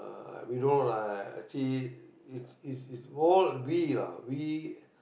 uh we know lah actually is is is all we lah we